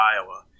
Iowa